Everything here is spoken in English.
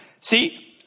See